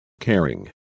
Caring